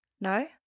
No